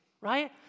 right